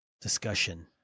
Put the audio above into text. discussion